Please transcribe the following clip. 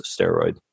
steroid